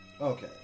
Okay